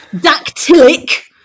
Dactylic